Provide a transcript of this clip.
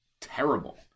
terrible